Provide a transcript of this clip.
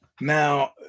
Now